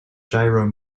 gyro